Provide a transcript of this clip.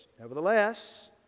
Nevertheless